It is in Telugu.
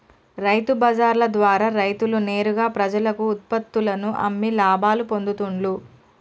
రైతు బజార్ల ద్వారా రైతులు నేరుగా ప్రజలకు ఉత్పత్తుల్లను అమ్మి లాభాలు పొందుతూండ్లు